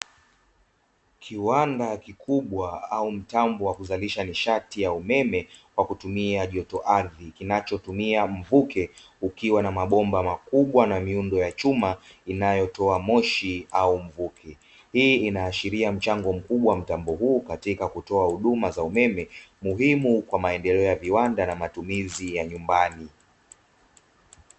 Kiwanda kikubwa au mitambo wa kuzalisha nishati ya umeme kwakutumia joto ardhi ,kinachotumia mvuke ukiwa na mabomba makubwa na miundo ya chuma ,inayotoa moshi au mvuke, hii inaashiria mchango mkubwa katika kutoa hudumu za umeme muhimu kwa maendeleo ya viwanda na matumizi ya nyumbani .